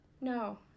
No